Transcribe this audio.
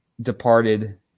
departed